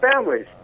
families